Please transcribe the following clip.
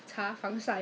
that I should not